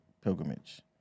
pilgrimage